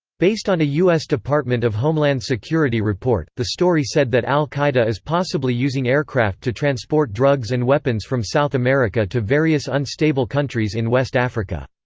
based on a us department of homeland security report, the story said that al-qaeda is possibly using aircraft to transport drugs and weapons from south america to various unstable countries in west africa.